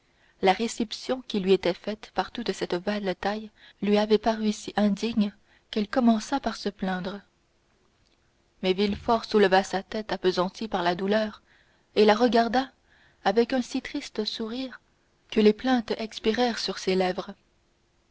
la réception qui lui était faite par toute cette valetaille lui avait paru si indigne qu'elle commença par se plaindre mais villefort souleva sa tête appesantie par la douleur et la regarda avec un si triste sourire que les plaintes expirèrent sur ses lèvres